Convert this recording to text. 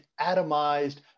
atomized